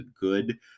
good